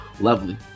Lovely